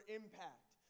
impact